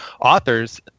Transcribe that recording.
authors